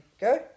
go